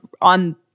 on